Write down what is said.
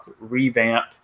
revamp